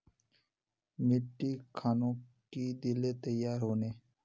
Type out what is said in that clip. मिट्टी खानोक की दिले तैयार होने?